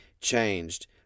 changed